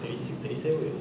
thirty six thirty seven